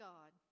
God